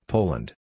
Poland